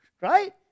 Right